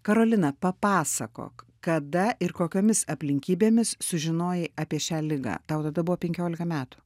karolina papasakok kada ir kokiomis aplinkybėmis sužinojai apie šią ligą tau tada buvo penkiolika metų